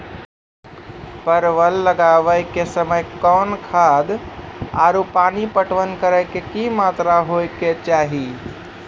परवल लगाबै के समय कौन खाद आरु पानी पटवन करै के कि मात्रा होय केचाही?